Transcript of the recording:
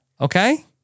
Okay